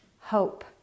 Hope